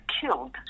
killed